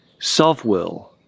self-will